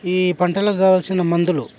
ఈ పంటలకు కావాల్సిన మందులు